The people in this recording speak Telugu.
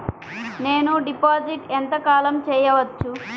నేను డిపాజిట్ ఎంత కాలం చెయ్యవచ్చు?